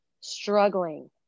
struggling